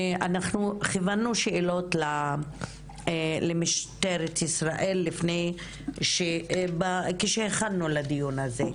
הוא שאנחנו כיוונו שאלות למשטרת ישראל כשהתכוננו לדיון הזה,